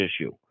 issue